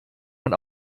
man